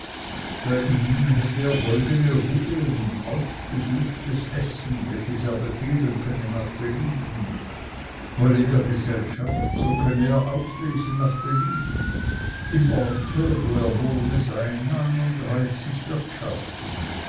bei ihm hätte er goldene ruhe und ausgesuchtes essen welches er befehlen könne nach belieben wolle er gesellschaft so könne er auslesen nach belieben im orte wo er wohne seien neununddreißig wirtschaften